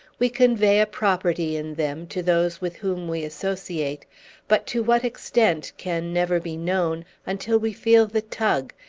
we convey a property in them to those with whom we associate but to what extent can never be known, until we feel the tug,